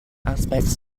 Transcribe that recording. aspects